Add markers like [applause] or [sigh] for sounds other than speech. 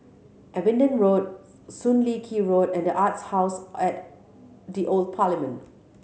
Abingdon Road Soon Lee [unintelligible] Road and The Arts House at the Old Parliament